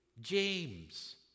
James